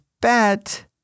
bet